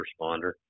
responder